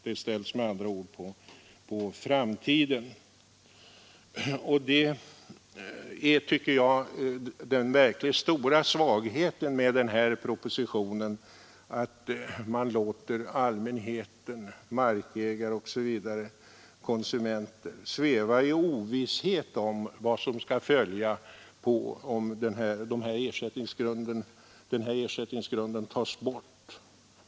Det är, tycker jag, den verkligt stora svagheten med den här propositionen att man låter allmänheten, markägarna och konsumenterna sväva i ovisshet om vad som skall följa om den här ersättningsgrunden tas bort.